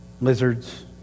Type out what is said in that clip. lizards